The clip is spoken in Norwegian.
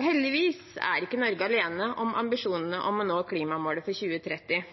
Heldigvis er ikke Norge alene om ambisjonene om å nå